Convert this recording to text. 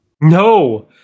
No